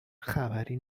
خبری